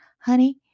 Honey